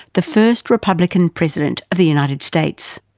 the first republican president of the united states.